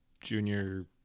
junior